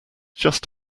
just